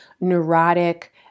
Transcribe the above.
neurotic